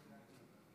חבריי חברי הכנסת,